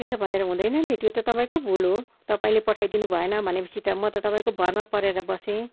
त्यसो भनेर हुँदैन नि त्यो त तपाईँको भुल हो तपाईँले पठाइ दिनुभएन भनेपछि त म त तपाईँको भरमा परेर बसेँ